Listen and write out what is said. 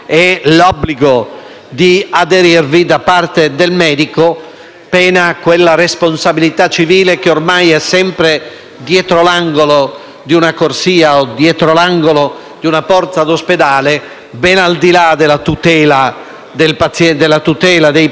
pena quella responsabilità civile che ormai è sempre dietro l'angolo di una corsia o di una porta d'ospedale, ben al di là della tutela dei pazienti, spesso frequentemente con modalità temerarie.